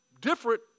different